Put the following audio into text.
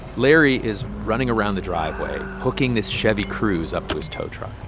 larry is running around the driveway hooking this chevy cruze up to his tow truck